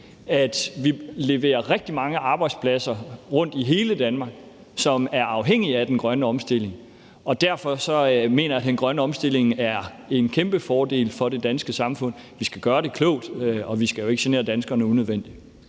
Vi leverer rigtig mange arbejdspladser rundtom i hele Danmark, som er afhængige af den grønne omstilling. Og derfor mener jeg, at den grønne omstilling er en kæmpefordel for det danske samfund. Vi skal gøre det klogt, og vi skal jo ikke genere danskerne unødvendigt.